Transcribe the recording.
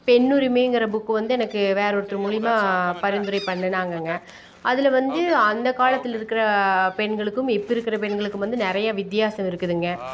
பெண்ணுரிமைங்கிற book வந்து எனக்கு வேறு ஒருத்தர் மூலிமா பரிந்துரை பண்ணுனாங்கங்க அதில் வந்து அந்த காலத்தில் இருக்கிற பெண்களுக்கும் இப்போ இருக்கிற பெண்களுக்கும் வந்து நிறைய வித்தியாசம் இருக்குதுங்க